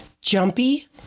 jumpy